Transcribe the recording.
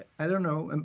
i don't know, and